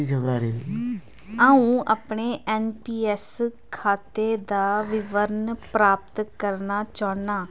अ'ऊं अपने N P S खाते दा विवरण प्राप्त करना चाह्न्नां